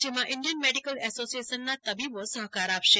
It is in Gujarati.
જેમાં ઇન્ડિયન મેડીકલ એશોસીયેશનના તબીબો સહકાર આપશે